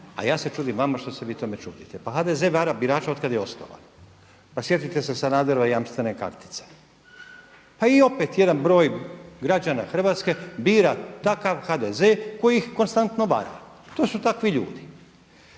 a ja se čudim vama što se vi tome čudite. Pa HDZ vara birače od kad je osnovan. Pa sjetite se Sanaderove jamstvene kartice. Pa i opet jedan broj građana Hrvatske bira takav HDZ koji ih konstantno vara. To su takvi ljudi.